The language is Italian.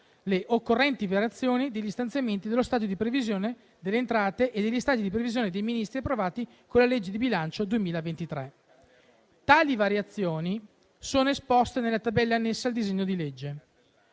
le occorrenti variazioni degli stanziamenti degli stati di previsione delle entrate e degli stati di previsione dei Ministeri approvati con la legge di bilancio 2023. Tali variazioni sono esposte nella tabella annessa al disegno di legge.